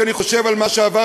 כשאני חושב על מה שעברתי,